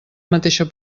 mateixa